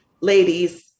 Ladies